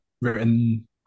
written